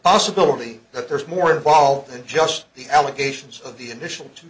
possibility that there's more involved than just the allegations of the initial t